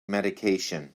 medication